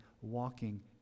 walking